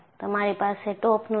તમારી પાસે ટોપનું દૃશ્ય છે